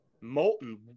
molten